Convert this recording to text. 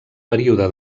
període